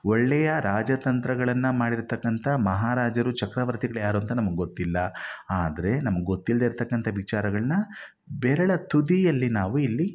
ಒಳ್ಳೆಯ ರಾಜತಂತ್ರಗಳನ್ನು ಮಾಡಿರ್ತಕ್ಕಂಥ ಮಹಾರಾಜರು ಚಕ್ರವರ್ತಿಗಳು ಯಾರು ಅಂತ ನಮಗೆ ಗೊತ್ತಿಲ್ಲ ಆದರೆ ನಮ್ಗೆ ಗೊತ್ತಿಲ್ಲದೇ ಇರ್ತಕ್ಕಂಥ ವಿಚಾರಗಳನ್ನು ಬೆರಳ ತುದಿಯಲ್ಲಿ ನಾವು ಇಲ್ಲಿ